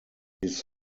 his